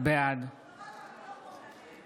בעד